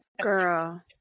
Girl